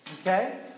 Okay